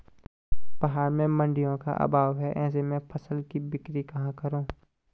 पहाड़ों में मडिंयों का अभाव है ऐसे में फसल की बिक्री कहाँ करूँ?